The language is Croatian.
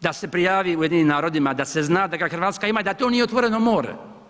da se prijavi UN-u da se zna da ga Hrvatska ima i da to nije otvoreno more.